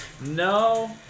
No